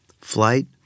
flight